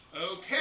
Okay